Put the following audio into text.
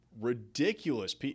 ridiculous